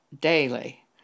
daily